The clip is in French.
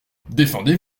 défendez